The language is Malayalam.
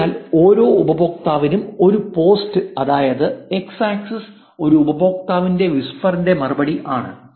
അതിനാൽ ഓരോ ഉപയോക്താവിനും ഒരു പോസ്റ്റ് അതായത് എക്സ് ആക്സിസ് ഒരു ഉപയോക്താവിന്റെ വിസ്പർ ഇന്റെ മറുപടി ആണ്